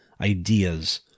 Ideas